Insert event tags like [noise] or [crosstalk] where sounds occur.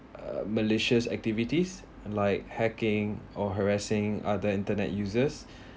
uh malaysia's activities like hacking or harassing other internet users [breath]